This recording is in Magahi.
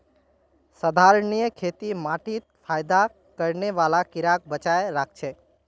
संधारणीय खेती माटीत फयदा करने बाला कीड़ाक बचाए राखछेक